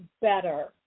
better